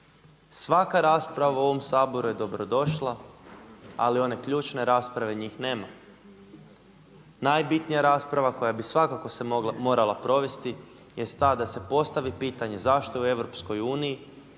Svaka rasprava u ovom Saboru je dobrodošla ali one ključne rasprave, njih nema. Najbitnija rasprava koja bi svakako morala se provesti jest ta da se postavi pitanje zašto u